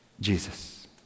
Jesus